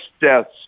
deaths